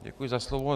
Děkuji za slovo.